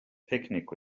picnic